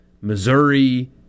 Missouri